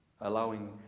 allowing